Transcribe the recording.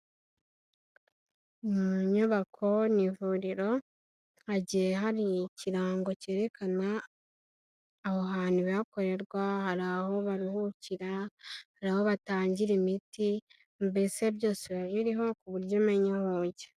Mu nyubako ni ivuriro hagiye hari ikirango cyerekana aho hantu ibihakorerwa, hari aho baruhukira, hari aho batangira imiti mbese byose bi biriho ku buryo umenya aho ujya.